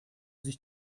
sich